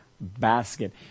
basket